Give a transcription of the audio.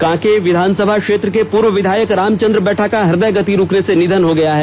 कांके विधानसभा क्षेत्र के पूर्व विधायक रामचंद्र बैठा का हृदयगति रूकने से निधन हो गया है